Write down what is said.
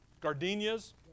gardenias